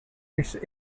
its